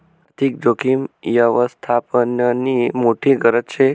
आर्थिक जोखीम यवस्थापननी मोठी गरज शे